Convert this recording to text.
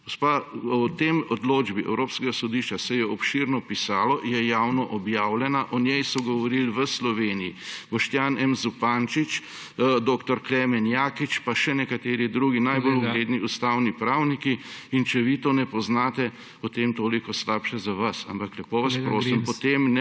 o tej odločbi Evropskega sodišča se je obširno pisalo, je javno objavljena, o njej so govorili v Slovenji Boštjan M. Zupančič, dr. Klemen Jaklič, pa še nekateri drugi najbolj ugledni ustavni pravniki in če vi tega ne poznate, potem toliko slabše za vas. Ampak lepo vas prosim, potem ne